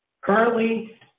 Currently